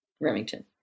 Remington